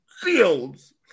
Fields